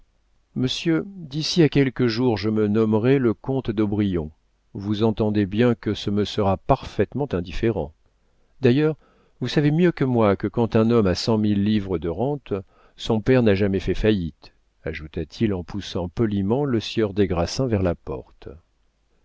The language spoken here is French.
monsieur d'ici à quelques jours je me nommerai le comte d'aubrion vous entendez bien que ce me sera parfaitement indifférent d'ailleurs vous savez mieux que moi que quand un homme a cent mille livres de rente son père n'a jamais fait faillite ajouta-t-il en poussant poliment le sieur des grassins vers la porte